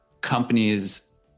companies